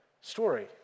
story